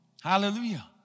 Hallelujah